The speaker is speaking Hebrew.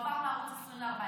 שעבר מערוץ 20 ל-14.